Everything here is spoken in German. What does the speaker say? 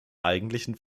eigentlichen